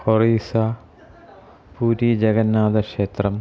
Orissa पूरीजगन्नाथक्षेत्रम्